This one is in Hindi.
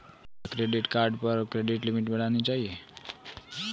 क्या क्रेडिट कार्ड पर क्रेडिट लिमिट बढ़ानी चाहिए?